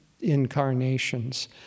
incarnations